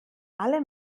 alle